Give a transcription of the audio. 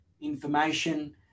information